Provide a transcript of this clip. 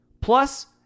Plus